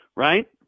Right